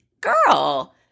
girl